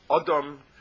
Adam